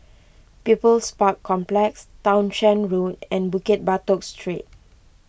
People's Park Complex Townshend Road and Bukit Batok Street